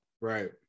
Right